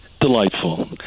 Delightful